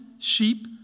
sheep